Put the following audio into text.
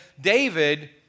David